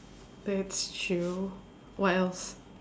that's true what else